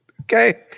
Okay